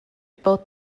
both